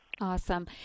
Awesome